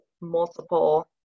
multiple